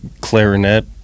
clarinet